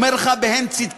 אני אומר לך, בהן צדקי,